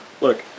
Look